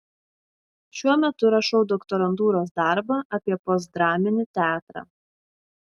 šiuo metu rašau doktorantūros darbą apie postdraminį teatrą